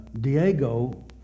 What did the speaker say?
Diego